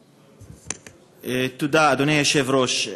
תודה, אדוני היושב-ראש.